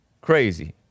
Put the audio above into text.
Crazy